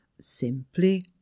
simply